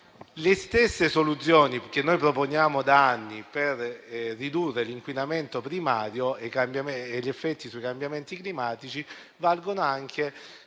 Le stesse soluzioni che proponiamo da anni per ridurre l'inquinamento primario e gli effetti sui cambiamenti climatici valgono anche